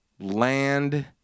land